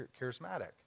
charismatic